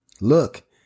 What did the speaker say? Look